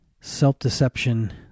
self-deception